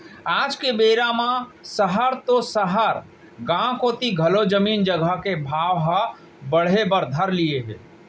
आज के बेरा म सहर तो सहर गॉंव कोती घलौ जमीन जघा के भाव हर बढ़े बर धर लिये हे